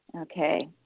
Okay